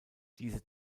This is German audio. diese